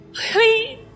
Please